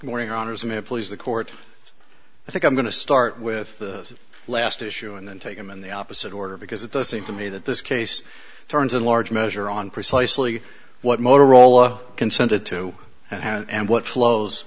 the morning honors may please the court i think i'm going to start with the last issue and then take them in the opposite order because it does seem to me that this case turns in large measure on precisely what motorola consented to and what flows